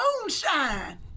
moonshine